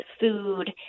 food